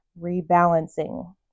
rebalancing